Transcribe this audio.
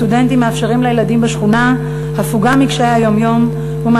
הסטודנטים מאפשרים לילדים בשכונה הפוגה מקשיי היום-יום והם